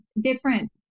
different